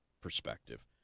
perspective